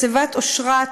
מחצבת אושרת,